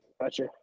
Gotcha